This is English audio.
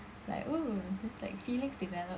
like oo like feelings develop